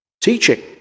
teaching